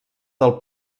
del